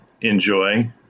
enjoy